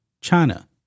China